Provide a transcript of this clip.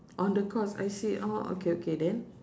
on the course I see oh okay okay than